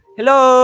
Hello